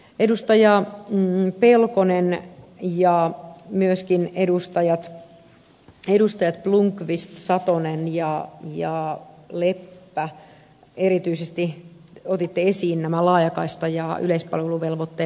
edustaja pelkonen ja myöskin edustajat blomqvist satonen ja leppä erityisesti ottivat esiin nämä laajakaistan ja yleispalveluvelvoitteen ongelmat